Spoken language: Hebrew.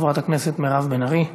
חברת הכנסת מירב בן ארי.